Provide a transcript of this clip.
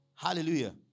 Hallelujah